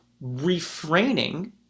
refraining